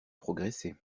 progresser